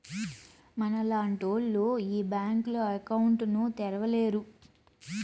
మనలాంటోళ్లు ఈ బ్యాంకులో అకౌంట్ ను తెరవలేరు